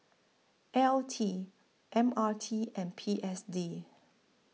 L T M R T and P S D